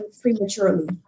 prematurely